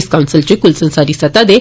इस कौसले कुलसंसारी स्तरै दे